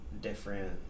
different